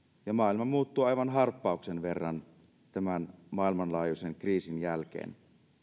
ja maailma muuttuu aivan harppauksen verran tämän maailmanlaajuisen kriisin jälkeen